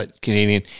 Canadian